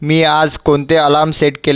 मी आज कोणते alarm set केल